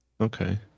Okay